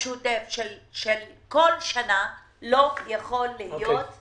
השוטף של כל שנה לא יכול כל